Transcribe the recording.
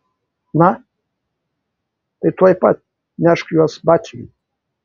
na tai tuoj pat nešk juos batsiuviui